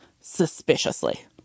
suspiciously